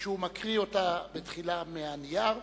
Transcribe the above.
כשהוא מקריא אותה תחילה מהנייר.